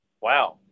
Wow